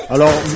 Alors